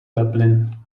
dublin